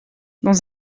dans